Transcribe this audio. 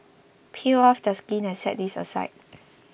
peel off the skin and set this aside